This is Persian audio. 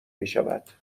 میشود